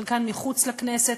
חלקם מחוץ לכנסת,